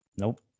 nope